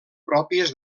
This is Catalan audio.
pròpies